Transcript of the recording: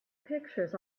pictures